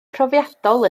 profiadol